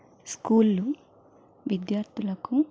స్కూళ్ళు విద్యార్థులకు